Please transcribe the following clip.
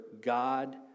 God